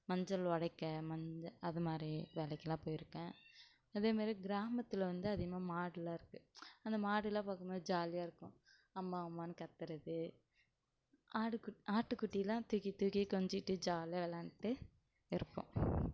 மஞ்சள் உடைக்க மஞ்சள் அதுமாதிரி வேலைக்கெலாம் போயிருக்கேன் அதேமாதிரி கிராமத்தில் வந்து அதிகமாக மாடுலாம் இருக்குது அந்த மாடுலாம் பார்க்கும்போது ஜாலியாக இருக்கும் அம்மா அம்மானு கத்துகிறது ஆடுகு ஆட்டுக்குட்டிலாம் தூக்கி தூக்கி கொஞ்சிட்டு ஜாலியாக விளையாண்டுட்டு இருப்போம்